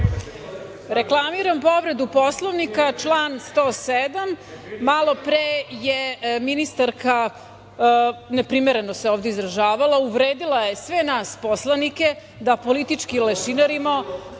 Reklamiram povredu Poslovnika, član 107. Malopre je ministarka neprimereno se ovde izražavala, uvredila je sve nas poslanike da politički lešinarimo.